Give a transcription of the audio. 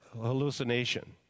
hallucination